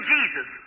Jesus